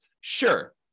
Sure